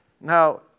Now